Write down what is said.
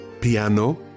piano